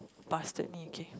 busted me okay